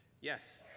Yes